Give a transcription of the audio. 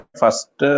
first